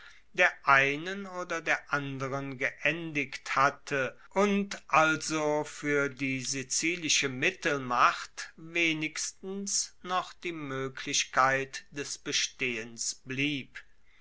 der einen oder der anderen geendigt hatte und also fuer die sizilische mittelmacht wenigstens noch die moeglichkeit des bestehens blieb